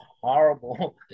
Horrible